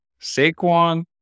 Saquon